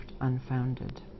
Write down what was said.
unfounded